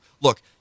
look